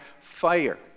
fire